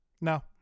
No